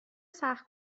سخت